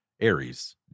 Aries